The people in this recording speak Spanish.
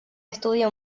estudio